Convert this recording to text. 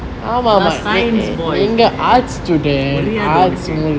science boys man புரியாது உனக்கு:puriyathu unakku